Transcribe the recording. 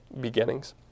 beginnings